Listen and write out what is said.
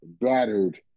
battered